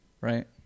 right